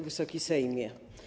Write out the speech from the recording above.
Wysoki Sejmie!